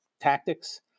tactics